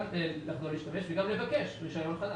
גם לחזור להשתמש וגם לבקש רישיון חד